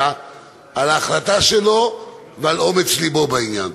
על ההחלטה שלו ועל אומץ לבו בעניין.